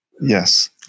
Yes